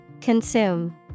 Consume